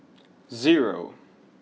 zero